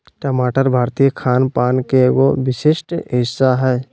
टमाटर भारतीय खान पान के एगो विशिष्ट हिस्सा हय